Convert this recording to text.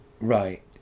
right